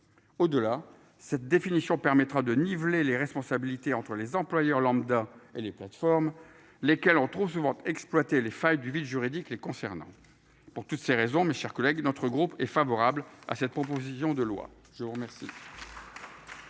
Au-delà, cette définition permettra de niveler les responsabilités entre les employeurs lambda. Elle est conforme. Lesquels ont trop souvent exploité les failles du vide juridique les concernant. Pour toutes ces raisons, mes chers collègues. Notre groupe est favorable à cette proposition de loi, je vous remercie.